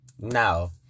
now